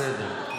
בסדר.